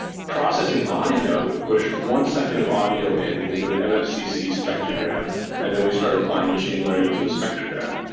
processing audio, we push one second of audio in and we do in an mfcc spectrogram and then we start applying machine learning to the spectrogram.